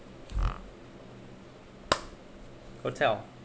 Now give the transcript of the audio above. hotel